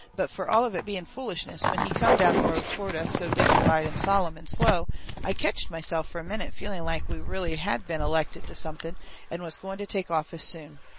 but fur all of it being foolishness, when he come down the road toward us so dignified and sollum and slow i ketched myself fur a minute feeling like we really had been elected to something and was going to take office soon.